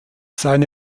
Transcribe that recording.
seine